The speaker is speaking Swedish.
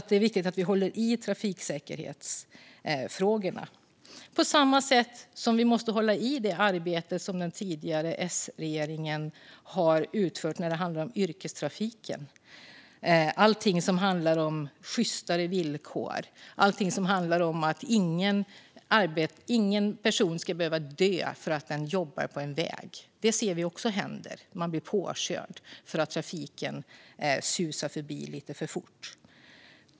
Det är viktigt att vi håller i trafiksäkerhetsfrågorna, på samma sätt som vi måste hålla i det arbete som den tidigare S-regeringen utförde för yrkestrafiken och sjystare villkor. Ingen person ska heller behöva dö för att den jobbar på en väg. Det ser vi också hända. Man blir påkörd för att trafiken susar förbi lite för fort.